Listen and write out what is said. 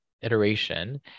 iteration